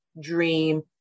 dream